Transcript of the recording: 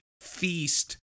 feast